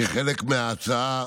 כחלק מההצעה,